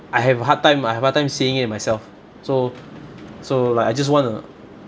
I have a hard time I have a hard time seeing it myself so so like I just want to